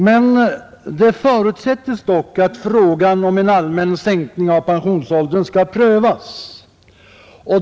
Men det förutsättes dock att frågan om en åldern sänkning av den allmänna pensionsåldern skall prövas.